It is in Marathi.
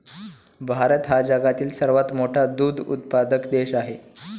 भारत हा जगातील सर्वात मोठा दूध उत्पादक देश आहे